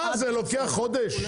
מה, זה לוקח חודש?